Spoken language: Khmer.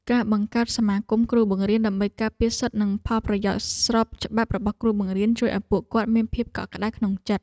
ការបង្កើតសមាគមគ្រូបង្រៀនដើម្បីការពារសិទ្ធិនិងផលប្រយោជន៍ស្របច្បាប់របស់គ្រូបង្រៀនជួយឱ្យពួកគាត់មានភាពកក់ក្តៅក្នុងចិត្ត។